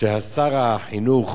ששר החינוך